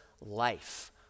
life